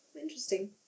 Interesting